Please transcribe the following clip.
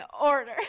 order